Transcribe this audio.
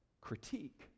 critique